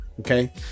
Okay